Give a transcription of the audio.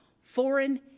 foreign